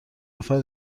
نفر